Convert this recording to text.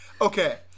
okay